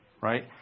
right